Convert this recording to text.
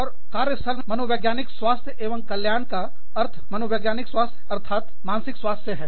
और कार्य स्थल में मनोवैज्ञानिक स्वास्थ्य एवं कल्याण का अर्थ मनोवैज्ञानिक स्वास्थ्य अर्थात मानसिक स्वास्थ्य है